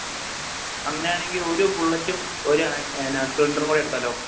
അങ്ങനെയാണെങ്കിൽ ഒരു ബുള്ളറ്റും ഒരു ആ എന്നാ സ്പ്ലെൻഡർ കൂടി എടുത്താലോ